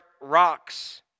rocks